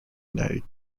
united